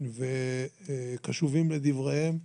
וקשובים לדבריהם,